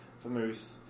vermouth